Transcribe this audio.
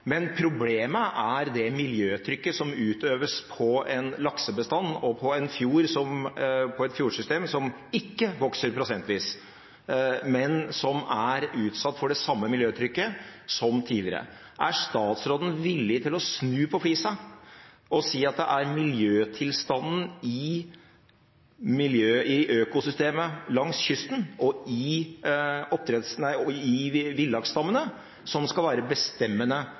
Men problemet er det miljøtrykket som utøves på en laksebestand, og på et fjordsystem, som ikke vokser prosentvis, men som er utsatt for det samme miljøtrykket som tidligere. Er statsråden villig til å snu på flisa og si at det er miljøtilstanden i økosystemet langs kysten og i villaksstammene som skal være bestemmende